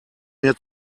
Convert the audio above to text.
mir